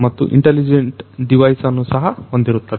ಮತ್ತು ಇಂಟೆಲಿಜೆಂಟ್ ಡಿವೈಸ್ಅನ್ನ ಸಹ ಹೊಂದಿರುತ್ತದೆ